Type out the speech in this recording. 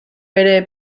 ere